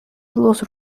los